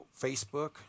Facebook